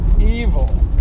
evil